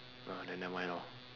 ah then never mind lor